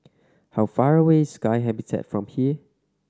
how far away is Sky Habitat from here